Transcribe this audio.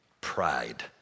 pride